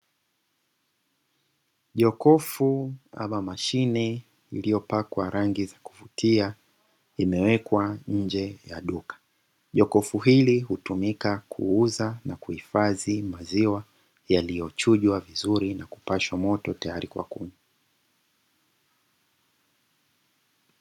Jokofu ama mashine iliyo pakwa rangi za kivutia imewekwa nje ya duka, jokofu hili hutumika kuuza na kuhifadhi maziwa yaliyo chujwa vizuri na kupashwa moto tayari kwa kunywa.